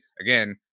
again